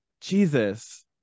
Jesus